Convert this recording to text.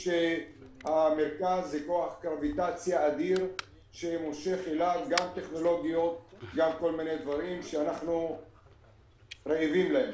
המרכז הוא כוח שמושך אליו גם טכנולוגיה ועוד דברים שאנחנו רעבים להם.